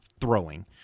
throwing